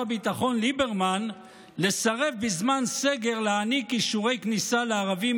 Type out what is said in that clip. הביטחון ליברמן לסרב בזמן סגר להעניק אישורי כניסה לערבים